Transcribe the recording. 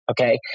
okay